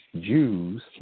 Jews